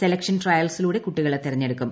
selection ട്രയൽസിലൂടെ കുട്ടികളെ തെരഞ്ഞെടുക്കും